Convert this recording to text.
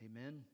amen